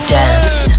dance